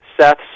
Seth